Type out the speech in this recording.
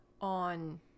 on